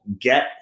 get